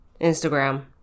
Instagram